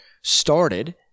started